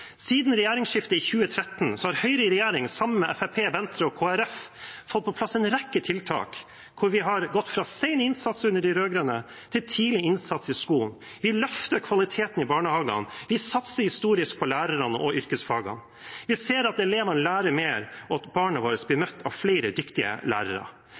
Siden regjeringsskiftet i 2013 har Høyre i regjering, sammen med Fremskrittspartiet, Venstre og Kristelig Folkeparti, fått på plass en rekke tiltak hvor vi har gått fra sen innsats under de rød-grønne til tidlig innsats i skolen, vi løfter kvaliteten i barnehagene, vi satser historisk på lærerne og yrkesfagene. Vi ser at elevene lærer mer, og at barna våre blir møtt av flere dyktige lærere.